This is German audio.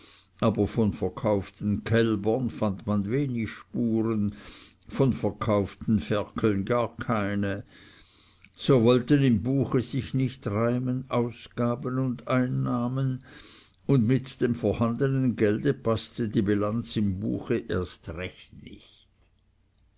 aber von verkauften kälbern fand man wenig spuren von verkauften ferkeln gar keine so wollten im buche sich nicht reimen ausgaben und einnahmen und mit dem vorhandenen gelde paßte die bilanz im buche erst nicht